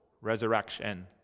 resurrection